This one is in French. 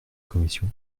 commission